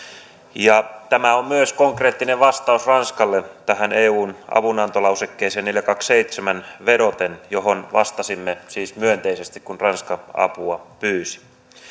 tämä on myös konkreettinen vastaus ranskalle tähän eun avunantolausekkeeseen neljänkymmenenkahden piste seitsemän vedoten ja vastasimme siis myönteisesti kun ranska apua pyysi